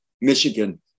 Michigan